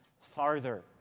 farther